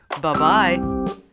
Bye-bye